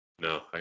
No